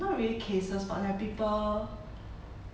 not really cases but there are people